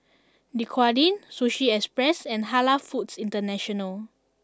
Dequadin Sushi Express and Halal Foods International